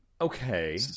okay